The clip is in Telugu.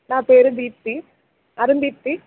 నా పేరు దీప్తి అనుదీప్తి